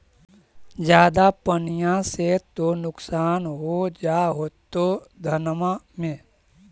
ज्यादा पनिया से तो नुक्सान हो जा होतो धनमा में?